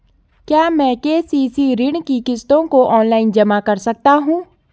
क्या मैं के.सी.सी ऋण की किश्तों को ऑनलाइन जमा कर सकता हूँ?